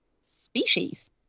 species